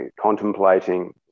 contemplating